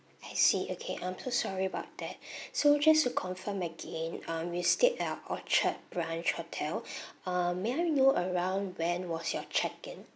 I see okay I'm so sorry about that so just to confirm again um you stayed at our orchard branch hotel uh may I know around when was your check in